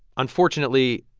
unfortunately,